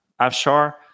Afshar